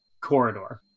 corridor